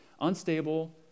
Unstable